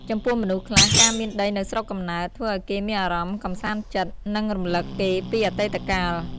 ចំពោះមនុស្សខ្លះ ការមានដីនៅស្រុកកំណើត ធ្វើឱ្យគេមានអារម្មណ៍កម្សាន្តចិត្ត និងរំឭកគេពីអតីកាល។